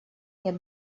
нет